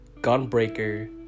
Gunbreaker